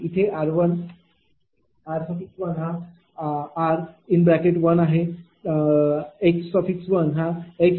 इथे r1 हा r1 आहे x1 हा xआहे